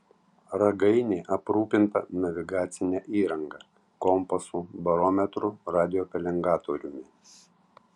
ragainė aprūpinta navigacine įranga kompasu barometru radiopelengatoriumi